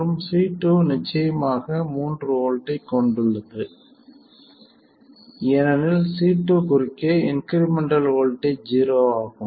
மற்றும் C2 நிச்சயமாக 3 V ஐக் கொண்டுள்ளது ஏனெனில் C2 குறுக்கே இன்க்ரிமெண்டல் வோல்ட்டேஜ் 0 ஆகும்